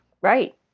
Right